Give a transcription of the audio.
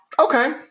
Okay